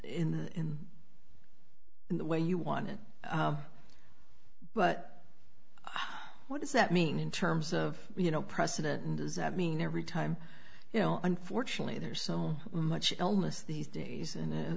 and in the way you want it but what does that mean in terms of you know precedent and does that mean every time you know unfortunately there's so much illness these days and